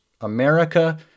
America